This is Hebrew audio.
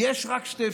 כי יש רק שתי אפשרויות,